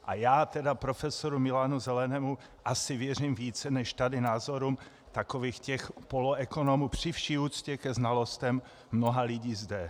A já tedy profesoru Milanu Zelenému asi věřím více než tady názorům takových těch poloekonomů, při vší úctě ke znalostem mnoha lidí zde.